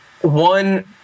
one